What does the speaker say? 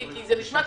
נעשה?